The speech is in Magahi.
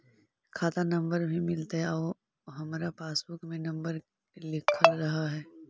खाता नंबर भी मिलतै आउ हमरा पासबुक में नंबर लिखल रह है?